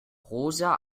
rosa